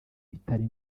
itari